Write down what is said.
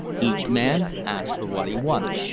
each man asked for what he wanted.